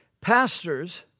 Pastors